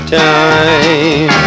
time